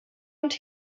und